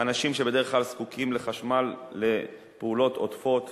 אלה אנשים שבדרך כלל זקוקים לחשמל לפעולות עודפות